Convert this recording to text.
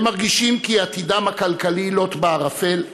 הם מרגישים כי עתידם הכלכלי לוט בערפל,